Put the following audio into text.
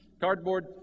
cardboard